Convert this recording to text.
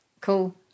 cool